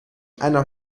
einer